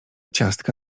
ciastka